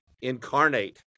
incarnate